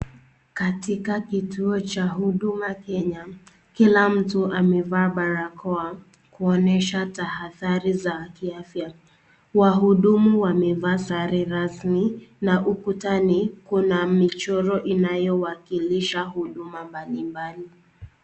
Katika kituo cha Huduma Kenya kila mtu amevaa barakoa, kuonyesha tahadhari za kiafya. Wahudumu wamevaa sare rasmi na ukutani kuna michoro inayowakilisha huduma mbalimbali.